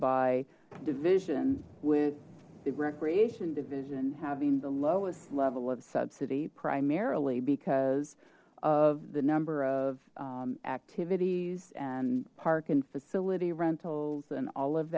by division with the recreation division having the lowest level of subsidy primarily because of the number of activities and park and facility rentals and all of